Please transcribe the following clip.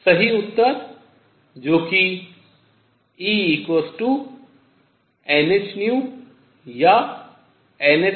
सही उत्तर जो कि Enhν या nℏω है